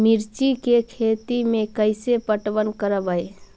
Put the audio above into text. मिर्ची के खेति में कैसे पटवन करवय?